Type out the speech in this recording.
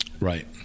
right